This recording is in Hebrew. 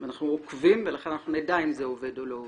ואנחנו עוקבים ולכן אנחנו נדע אם זה עובד או לא עובד.